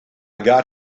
got